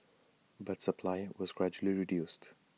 but supply was gradually reduced